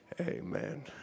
amen